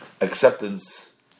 acceptance